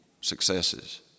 successes